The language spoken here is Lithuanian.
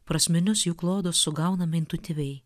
prasminius jų klodus sugauname intuityviai